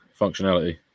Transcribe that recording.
functionality